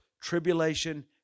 tribulation